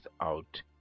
out